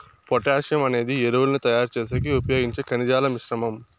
potassium అనేది ఎరువులను తయారు చేసేకి ఉపయోగించే ఖనిజాల మిశ్రమం